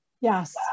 Yes